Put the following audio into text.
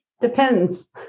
depends